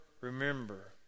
remember